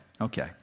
okay